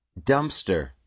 Dumpster